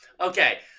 Okay